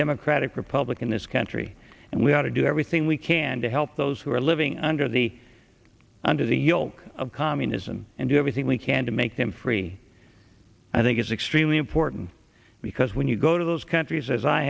democratic republic in this country and we have to do everything we can to help those who are living under the under the yoke of communism and do everything we can to make them free i think is extremely important because when you go to those countries as i